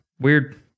weird